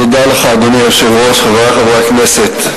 תודה לך, אדוני היושב-ראש, חברי חברי הכנסת,